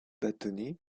bâtonnets